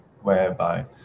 whereby